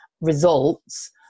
results